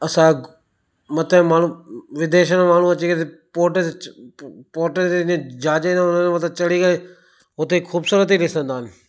असां मथे माण्हू विदेश मां माण्हू अची करे पोर्ट ते पोर्ट ते जहाज़ ईंदा आहिनि उनजे मथां चढ़ी करे उते ख़ूबसूरती ॾिसंदा आहिनि